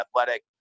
athletic